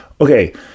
okay